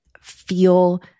feel